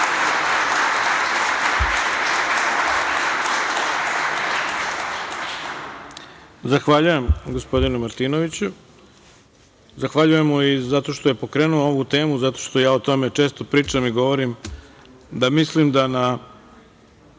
Zahvaljujem, gospodine Martinoviću. Zahvaljujem mu i zato što je pokrenuo ovu temu, zato što ja o tome često pričam i govorim da mislim da na